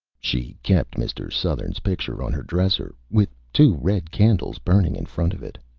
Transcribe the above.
she kept mr. sothern's picture on her dresser, with two red candles burning in front of it,